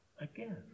again